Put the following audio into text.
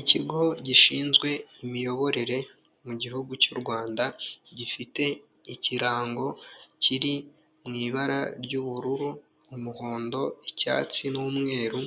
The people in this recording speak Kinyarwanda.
Ikigo gishinzwe imiyoborere mu gihugu cy'u Rwanda, gifite ikirango kiri mu ibara ry' ubururu, umuhondo, icyatsi n'umweru,